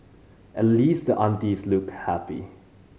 at least the aunties looked happy